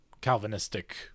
Calvinistic